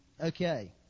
Okay